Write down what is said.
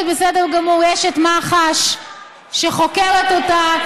לפעמים אנחנו נשארים עם סימני שאלה,